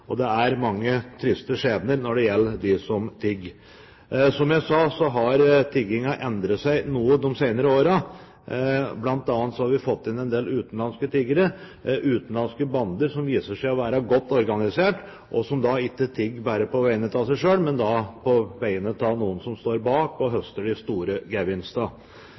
rusmidler. Det er mange triste skjebner blant dem som tigger. Som jeg sa, har tiggingen endret seg noe de senere årene. Blant annet har vi fått en del utenlandske tiggere, utenlandske bander, som viser seg å være godt organisert, og som ikke tigger bare på vegne av seg selv, men som tigger på vegne av noen som står bak og høster de store gevinstene.